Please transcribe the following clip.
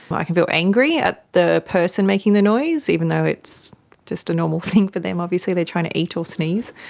i can feel angry at the person making the noise, even though it's just a normal thing for them obviously, they are trying to eat or sneeze.